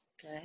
Good